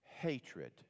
Hatred